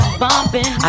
bumping